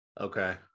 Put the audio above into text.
Okay